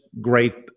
great